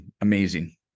amazing